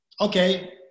okay